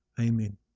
Amen